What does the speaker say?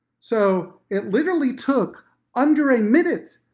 so it literally took under a minute.